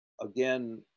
again